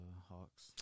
Hawks